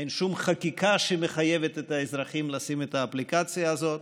אין שום חקיקה שמחייבת את האזרחים לשים את האפליקציה הזאת.